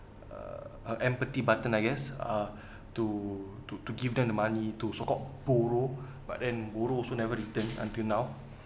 uh uh empathy button I guess ah to to to give them the money to so called buruh but then buruh also never return until now